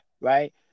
Right